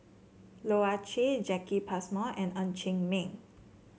Loh Ah Chee Jacki Passmore and Ng Chee Meng